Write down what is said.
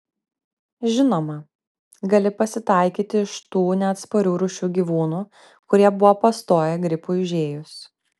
žinoma gali pasitaikyti iš tų neatsparių rūšių gyvūnų kurie buvo pastoję gripui užėjus